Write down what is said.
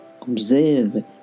observe